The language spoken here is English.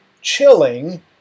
chilling